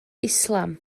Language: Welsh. islam